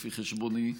לפי חשבוני,